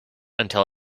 until